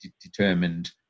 determined